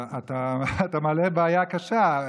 אתה מעלה בעיה קשה.